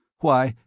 why,